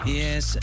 yes